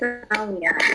so now we are